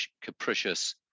capricious